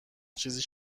چیزی